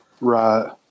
Right